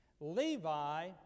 Levi